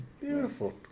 Beautiful